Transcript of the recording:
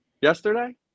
yesterday